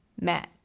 met